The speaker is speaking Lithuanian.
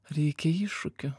reikia iššūkių